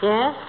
Yes